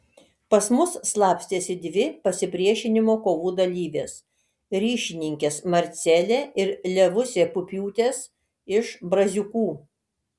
pas mus slapstėsi dvi pasipriešinimo kovų dalyvės ryšininkės marcelė ir levusė pupiūtės iš braziūkų